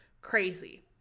Crazy